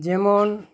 ᱡᱮᱢᱚᱱ